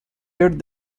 did